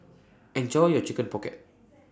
Enjoy your Chicken Pocket